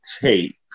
take